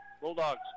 Bulldogs